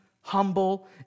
humble